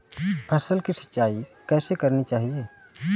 फसल की सिंचाई कैसे करनी चाहिए?